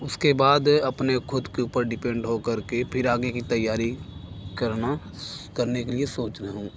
उसके बाद अपने ख़ुद के उपर डिपेंड हो कर के फिर आगे की तैयारी करना करने के लिए सोच रहा हूँ